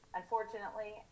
unfortunately